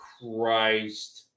Christ